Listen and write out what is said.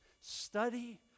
Study